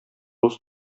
рус